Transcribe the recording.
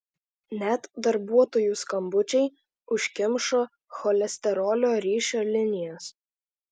net darbuotojų skambučiai užkimšo cholesterolio ryšio linijas